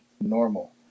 normal